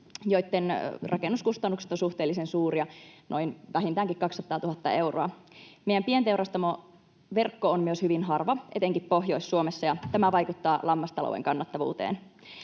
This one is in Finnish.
joitten rakennuskustannukset ovat suhteellisen suuria, vähintäänkin noin 200 000 euroa. Meidän pienteurastamoverkko on myös hyvin harva etenkin Pohjois-Suomessa, ja tämä vaikuttaa lammastalouden kannattavuuteen.